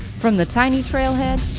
from the tiny trailhead,